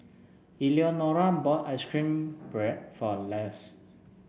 Eleonora bought ice cream bread for Lars